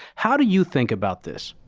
how do you think about this?